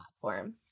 platform